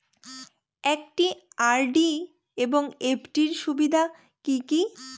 একটি আর.ডি এবং এফ.ডি এর সুবিধা কি কি?